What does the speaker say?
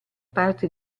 parte